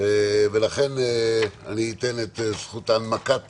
אני אתן את הנמקת